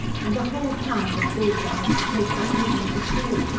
and a whole pound of bull's-eyes to take back with him to school!